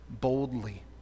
boldly